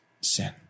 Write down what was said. sin